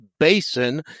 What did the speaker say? Basin